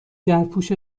درپوش